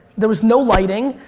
there was no lighting.